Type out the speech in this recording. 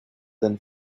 than